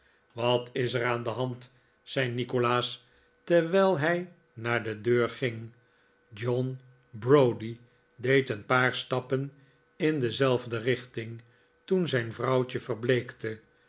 wat is er aan de hand zei nikolaas terwijl hij naar de deur ging john browdie deed een paar stappen in dezelfde richting toen zijn vrouwtje verbleekte